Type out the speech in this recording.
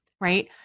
right